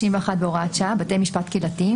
91 והוראת שעה) (בתי משפטקהילתיים),